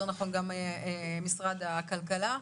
גם משרד הכלכלה.